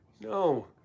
No